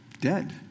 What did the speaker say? dead